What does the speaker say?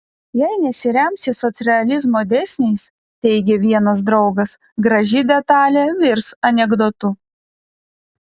jei nesiremsi socrealizmo dėsniais teigė vienas draugas graži detalė virs anekdotu